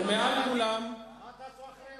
מה אתה זוכר,